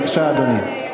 בבקשה, אדוני.